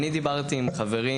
אני דיברתי עם חברים,